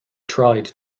tried